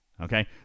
okay